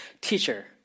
teacher